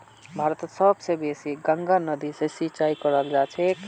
भारतत सब स बेसी गंगा नदी स सिंचाई कराल जाछेक